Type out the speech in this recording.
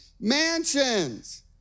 mansions